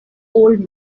old